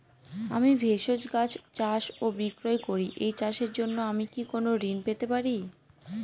আমি ভেষজ গাছ চাষ ও বিক্রয় করি এই চাষের জন্য আমি কি কোন ঋণ পেতে পারি?